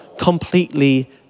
completely